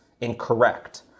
incorrect